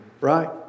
right